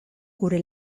gure